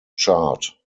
chart